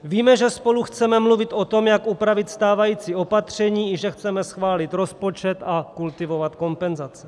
Víme, že spolu chceme mluvit o tom, jak upravit stávající opatření, i že chceme schválit rozpočet a kultivovat kompenzace.